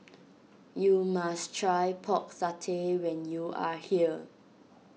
you must try Pork Satay when you are here